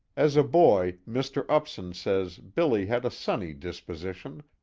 as a boy, mr. upson says billy had a sunny disposition,